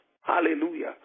hallelujah